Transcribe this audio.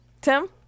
Tim